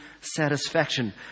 satisfaction